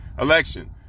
election